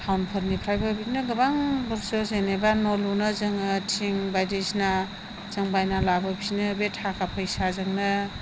टाउनफोरनिफ्रायबो बिदिनो गोबां बुस्थु जेनेबा न' लुनो जोङो थिं बायदिसिना जों बायना लाबोफिनो बे थाखा फैसाजोंनो